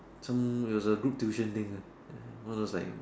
some as a group tuition thing lah ya mine was like